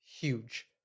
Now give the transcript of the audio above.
huge